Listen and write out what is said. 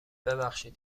ببخشید